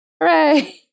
Hooray